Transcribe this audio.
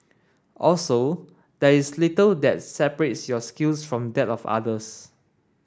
also there is little that separates your skills from that of others